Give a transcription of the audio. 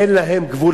אין להם גבול,